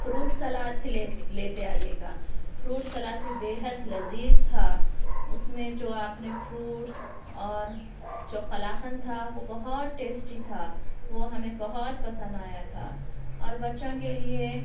fruit salad بھی لیتے آئیے گا فروٹس سلاد بھی بےحد لذیذ تھا اس میں جو آپ نے فروٹس اور جو قلاقند تھا وہ بہت ٹیسٹی تھا وہ ہمیں بہت پسند آیا تھا اور بچوں کے لئے